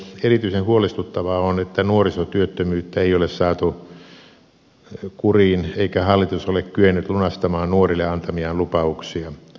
erityisen huolestuttavaa on että nuorisotyöttömyyttä ei ole saatu kuriin eikä hallitus ole kyennyt lunastamaan nuorille antamiaan lupauksia